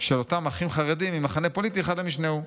של אותם אחים-חרדים ממחנה פוליטי אחד למשנהו.